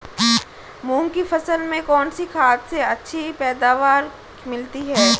मूंग की फसल में कौनसी खाद से अच्छी पैदावार मिलती है?